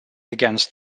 against